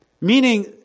Meaning